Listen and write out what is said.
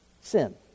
sin